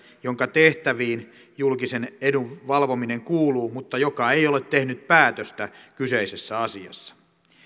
jonka tehtäviin julkisen edun valvominen kuuluu mutta joka ei ole tehnyt päätöstä kyseisessä asiassa